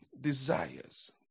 desires